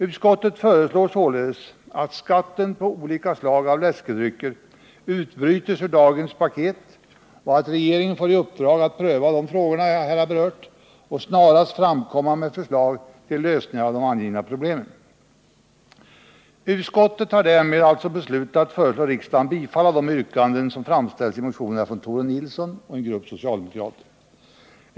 Utskottet föreslår således att skatten på olika slag av läskedrycker utbrytes ur dagens paket och att regeringen får i uppdrag att pröva de frågor jag här berört och snarast framlägger förslag till lösningar av de angivna problemen. Utskottet har därmed alltså beslutat föreslå riksdagen att bifalla de yrkanden som framställts i motionerna från Tore Nilsson och en grupp socialdemokrater.